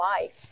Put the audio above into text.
life